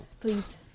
Please